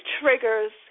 triggers